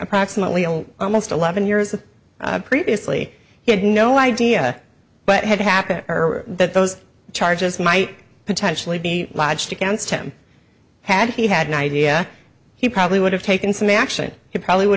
approximately almost eleven years previously he had no idea but had happened earlier that those charges might potentially be lodged against him had he had no idea he probably would have taken some action he probably would